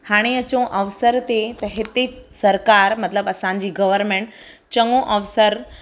हाणे अचो अवसर ते त इते सरकारु मतिलबु असांजी गवर्मेंट चङो अवसरु